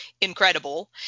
incredible